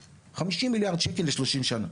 שקל, 50 מיליארד שקל ל- 30 שנה.